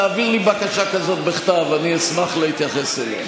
תעביר לי בקשה כזאת בכתב, אני אשמח להתייחס אליה.